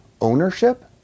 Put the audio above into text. ownership